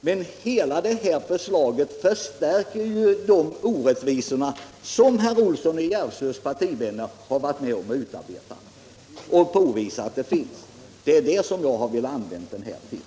Men det här förslaget förstärker dessa orättvisor, som herr Olssons partivänner har varit med om att påvisa. Det är det jag har velat säga.